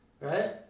Right